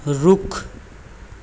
रुख